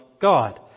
God